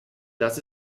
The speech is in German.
das